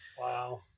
Wow